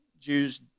Jews